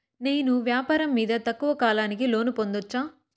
నేను వ్యాపారం మీద తక్కువ కాలానికి లోను పొందొచ్చా?